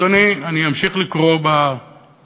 אדוני, אני אמשיך לקרוא בתנ"ך,